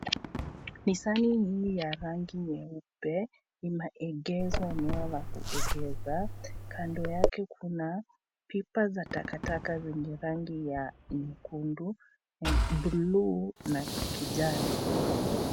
Nisani hii ya rangi nyeupe, imeegezwa eneo la kuegeza kando yake kuna pipa za takataka zenye rangi ya nyekundu, buluu na kijani.